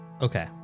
Okay